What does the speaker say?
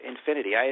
Infinity